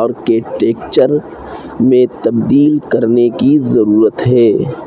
architecture میں تبدیل کرنے کی ضرورت ہے